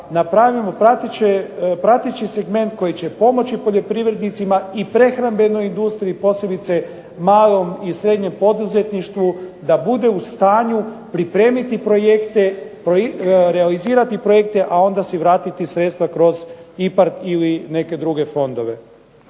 napravimo prateći segment koji će pomoći poljoprivrednicima i prehrambenoj industriji posebice malom i srednjem poduzetništvu da bude u stanju pripremiti projekte, realizirati projekte, a onda si vratiti sredstva kroz IPARD ili neke druge fondove.